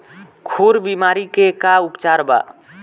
खुर बीमारी के का उपचार बा?